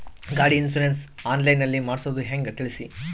ಗಾಡಿ insurance online ನಲ್ಲಿ ಮಾಡ್ಸೋದು ಹೆಂಗ ತಿಳಿಸಿ?